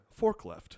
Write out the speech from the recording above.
Forklift